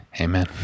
amen